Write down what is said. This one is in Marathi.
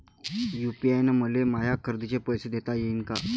यू.पी.आय न मले माया खरेदीचे पैसे देता येईन का?